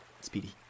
speedy